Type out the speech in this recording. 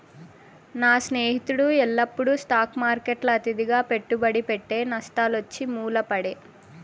నా స్నేహితుడు ఎల్లప్పుడూ స్టాక్ మార్కెట్ల అతిగా పెట్టుబడి పెట్టె, నష్టాలొచ్చి మూల పడే